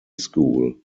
school